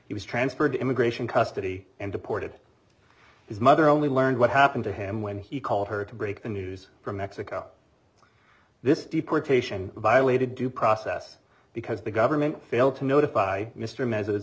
he was transferred to immigration custody and deported his mother only learned what happened to him when he called her to break the news from mexico this deportation violated due process because the government failed to notify mr